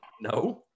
No